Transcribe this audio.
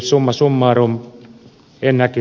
summa summarum